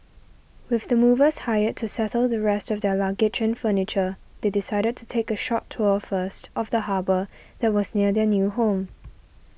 with the movers hired to settle the rest of their luggage and furniture they decided to take a short tour first of the harbour that was near their new home